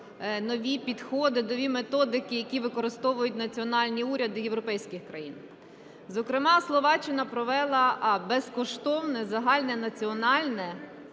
нові підходи, нові методики, які використовують національні уряди європейських країн. Зокрема, Словаччина провела безкоштовне загальне національне